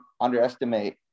underestimate